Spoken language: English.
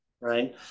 right